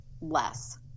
less